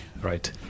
right